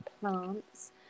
plants